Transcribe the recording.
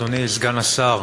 אדוני סגן השר,